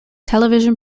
television